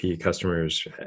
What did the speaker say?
customers